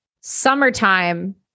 Summertime